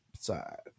side